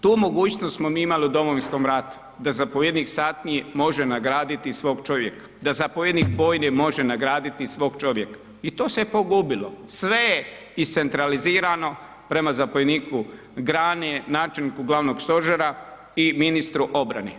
Tu mogućnost smo mi imali u Domovinskom ratu da zapovjednik satnije može nagraditi svog čovjeka, da zapovjednik bojne može nagraditi svog čovjeka i to se pogubilo, sve je iscentralizirano prema zapovjedniku grane, načelniku glavnog stožera i ministru obrane.